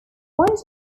why